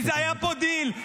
כי היה פה דיל.